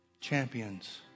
champions